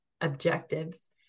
objectives